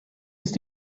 ist